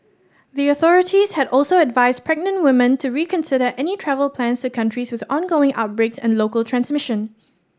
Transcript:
the authorities had also advised pregnant women to reconsider any travel plans to countries with ongoing outbreaks and local transmission